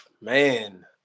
Man